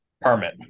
Permit